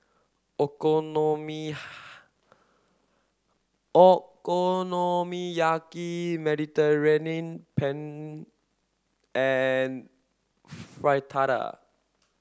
Okonomiyaki Mediterranean Penne and Fritada